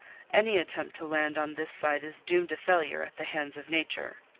any attempt to land on this side is doomed to failure at the hands of nature.